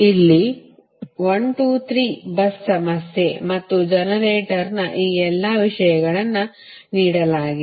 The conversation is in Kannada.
ಇಲ್ಲಿ 1 2 3 bus ಸಮಸ್ಯೆ ಮತ್ತು ಜನರೇಟರ್ನ ಈ ಎಲ್ಲ ವಿಷಯಗಳನ್ನು ನೀಡಲಾಗಿದೆ